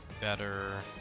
better